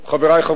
של חבר הכנסת